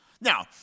Now